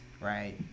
right